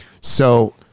So-